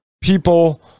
people